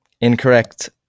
Incorrect